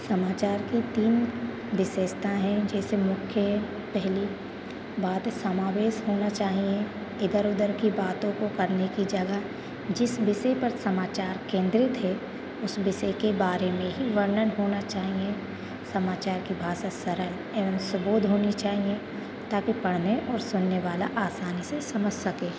समाचार की तीन विशेषता हैं जैसे मुख्य पहली बात समावेश होना चाहिए इधर उधर की बातों को करने की जगह जिस विषय पर समाचार केंद्रित है उस विषय के बारे में ही वर्णन होना चाहिए समाचार की भाषा सरल एवं सुबोध होनी चाहिए ताकि पढ़ने और सुनने वाला आसानी से समझ सके